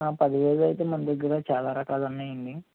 పదివేలు అయితే మన దగ్గర చాలా రకాలు ఉన్నాయండి